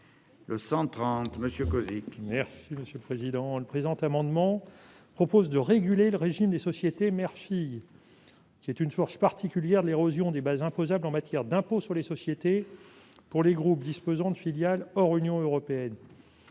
Le présent amendement vise à réguler le régime des sociétés mère-fille, source particulière de l'érosion des bases imposables en matière d'impôt sur les sociétés pour les groupes disposant de filiales hors de l'Union européenne.